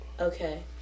Okay